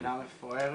מדינה מפוארת,